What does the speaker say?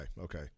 okay